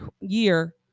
year